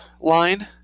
line